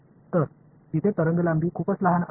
तर तिथे तरंगलांबी खूपच लहान आहे